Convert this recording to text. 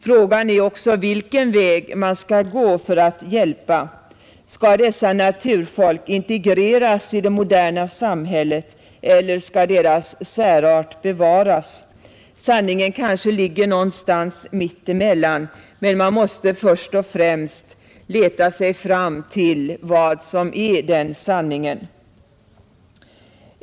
Frågan är också vilken väg man skall gå för att hjälpa. Skall dessa naturfolk integreras i det moderna samhället eller skall deras särarter bevaras? Sanningen kanske ligger någonstans mittemellan, men man måste först och främst leta sig fram till vad som är sanningen.